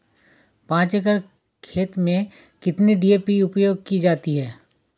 पाँच एकड़ खेत में कितनी डी.ए.पी उपयोग की जाती है?